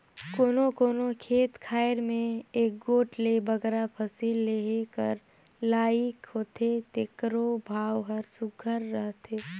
कोनो कोनो खेत खाएर में एगोट ले बगरा फसिल लेहे कर लाइक होथे तेकरो भाव हर सुग्घर रहथे